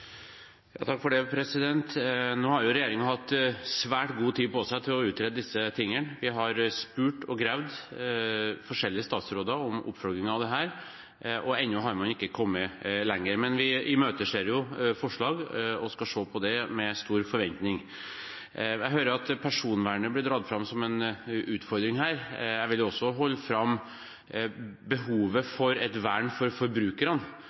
Nå har regjeringen hatt svært god tid på seg til å utrede disse tingene. Vi har spurt og gravd forskjellige statsråder om oppfølgingen av dette, og ennå har man ikke kommet lenger. Men vi imøteser forslag og skal se på det, med stor forventning. Jeg hører at personvernet blir dratt fram som en utfordring her. Jeg vil også holde fram behovet for et vern for forbrukerne